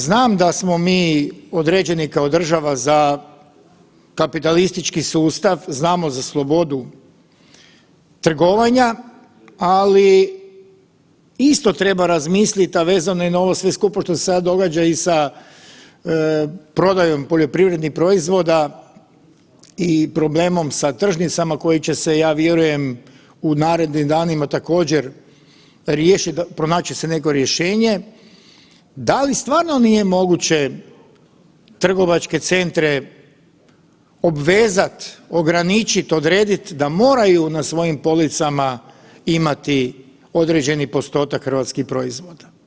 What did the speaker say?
Znam da smo mi određeni kao država za kapitalistički sustav, znamo za slobodu trgovanja, ali isto treba razmislit, a vezano je na ovo sve skupa što se sad događa i sa prodajom poljoprivrednih proizvoda i problemom sa tržnicama koji će se, ja vjerujem, u narednim danima također riješit, pronaći će se neko rješenje, da li stvarno nije moguće trgovačke centre obvezat, ograničit, odredit, da moraju na svojim policama imati određeni postotak hrvatskih proizvoda.